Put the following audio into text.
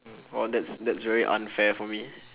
oh that's that's very unfair for me